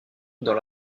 dans